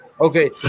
okay